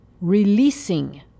releasing